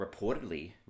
reportedly